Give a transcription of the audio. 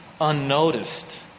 unnoticed